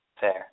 Fair